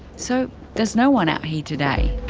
so there's no one out here today.